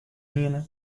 hienen